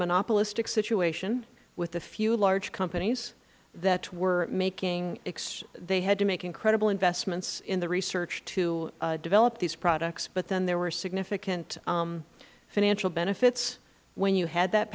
monopolistic situation with the few large companies that were making they had to make incredible investments in the research to develop these products but then there were significant financial benefits when you had that